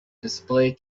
display